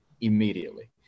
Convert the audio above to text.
immediately